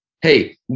Hey